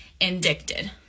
indicted